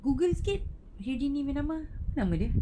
google sikit houdini punya nama nama dia